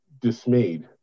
dismayed